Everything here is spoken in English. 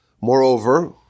Moreover